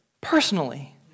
personally